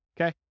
Okay